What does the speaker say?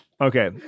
Okay